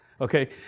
okay